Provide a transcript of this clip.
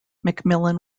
mcmillan